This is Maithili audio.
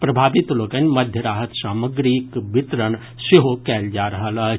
प्रभावित लोकनि मध्य राहत सामग्रीक वितरण सेहो कयल जा रही अछि